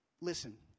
Listen